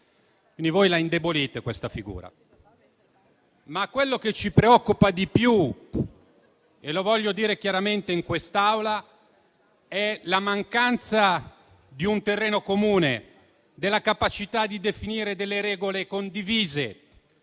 Voi, invece, indebolite questa figura. Quello che ci preoccupa di più, però, e lo voglio dire chiaramente in quest'Aula è la mancanza di un terreno comune, della capacità di definire delle regole condivise,